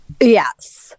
Yes